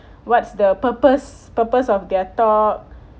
what's the purpose purpose of their talk